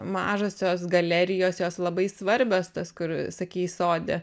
mažosios galerijos jos labai svarbios tas kur sakei sode